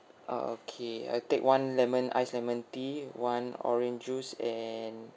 ah okay I take one lemon ice lemon tea one orange juice and